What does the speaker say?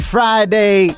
Friday